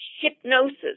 hypnosis